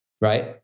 right